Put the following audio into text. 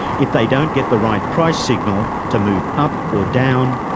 if they don't get the right price signal to move up or down,